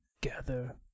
gather